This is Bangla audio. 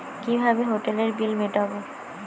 কিভাবে হোটেলের বিল মিটাব?